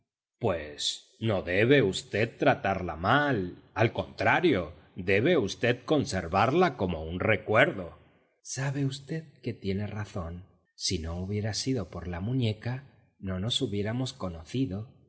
pues no debe v tratarla mal al contrario debe v conservarla como un recuerdo sabe v que tiene razón si no hubiera sido por la muñeca no nos hubiéramos conocido